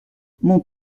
mon